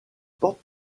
porte